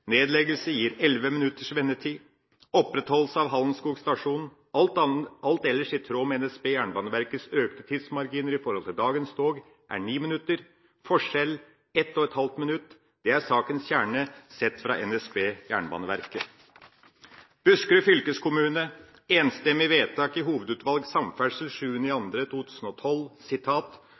Nedleggelse gir 11 minutters vendetid. Opprettholdelse av Hallenskog stasjon – når alt ellers er i tråd med NSB Jernbaneverkets økte tidsmarginer i forhold til dagens tog – er 9 minutter. Forskjell: 1,5 minutter. Det er sakens kjerne sett fra NSB Jernbaneverket. Buskerud fylkeskommune – Enstemmig vedtak i hovedutvalget for samferdselssektoren 7. februar 2012: